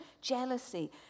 jealousy